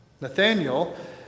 Nathaniel